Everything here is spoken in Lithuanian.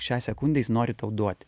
šią sekundę jis nori tau duoti